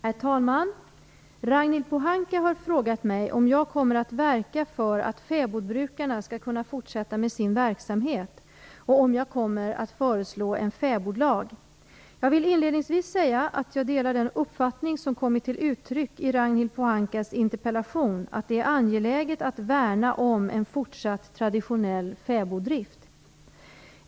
Herr talman! Ragnhild Pohanka har frågat mig om jag kommer att verka för att fäbodbrukarna skall kunna fortsätta med sin verksamhet och om jag kommer att föreslå en fäbodlag. Jag vill inledningsvis säga att jag delar den uppfattning som kommer till uttryck i Ragnhild Pohankas interpellation att det är angeläget att värna om en fortsatt traditionell fäboddrift.